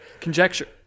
conjecture